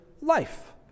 life